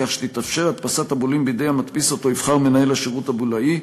כך שתתאפשר הדפסת הבולים בידי המדפיס שאותו יבחר מנהל השירות הבולאי,